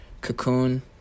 cocoon